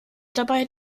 dabei